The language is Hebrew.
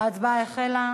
ההצבעה החלה.